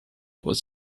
was